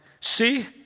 See